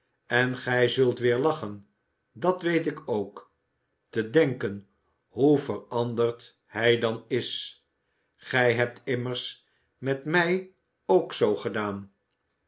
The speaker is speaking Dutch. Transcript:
en gij zult weer lachen dat weet ik ook te denken hoe veranderd hij dan is gij hettt immers met mij ook zoo gedaan